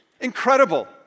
Incredible